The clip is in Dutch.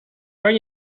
kan